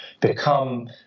become